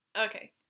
okay